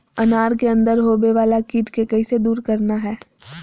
अनार के अंदर होवे वाला कीट के कैसे दूर करना है?